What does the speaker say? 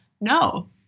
No